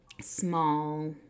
small